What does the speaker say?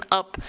up